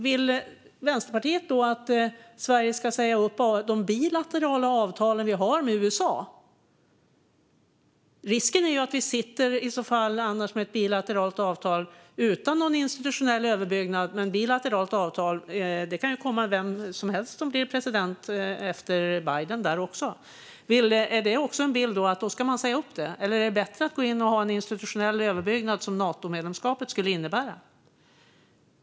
Vill Vänsterpartiet att Sverige ska säga upp de bilaterala avtal vi har med USA? Risken är att vi i så fall sitter med ett bilateralt avtal utan någon institutionell överbyggnad. Vem som helst kan ju bli president efter Biden. Ska vi säga upp det här? Eller är det bättre att gå in och ha en internationell överbyggnad så som ett Natomedlemskap skulle innebära?